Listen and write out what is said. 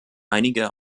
einige